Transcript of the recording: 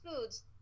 foods